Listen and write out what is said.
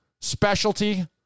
specialty